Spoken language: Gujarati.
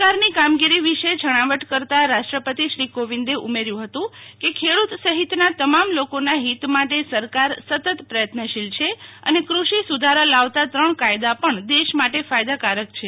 સરકારની કામગીરી વિશે છણાવટ કરતા રાષ્ટ્રપતિ શ્રી કોવિંદે ઉમેર્થું હતું કે ખેડૂત સહિતના તમામ લોકોના હિત માટે સરકાર સતત પ્રયત્નશીલ છે અને કૃષિ સુધારા લાવતા ત્રણ કાયદા પણ દેશ માટે ફાયદા કારક છે